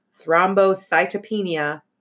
thrombocytopenia